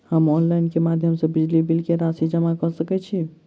हम ऑनलाइन केँ माध्यम सँ बिजली कऽ राशि जमा कऽ सकैत छी?